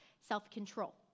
self-control